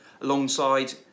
alongside